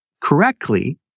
correctly